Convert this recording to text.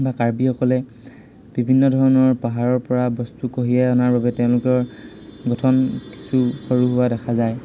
বা কাৰ্বিসকলে বিভিন্ন ধৰণৰ পাহাৰৰ পৰা বস্তু কঢ়িয়াই অনাৰ বাবে তেওঁলোকৰ গঠন কিছু সৰু হোৱা দেখা যায়